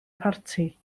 parti